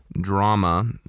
drama